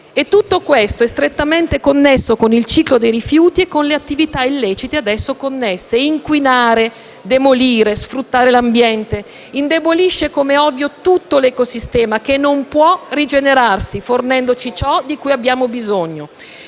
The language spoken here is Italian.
Tutto questo è strettamente collegato al ciclo dei rifiuti e alle attività illecite a esso connesse. Inquinare, demolire e sfruttare l'ambiente indebolisce, come ovvio, tutto l'ecosistema, che non può rigenerarsi, fornendoci ciò di cui abbiamo bisogno.